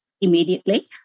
immediately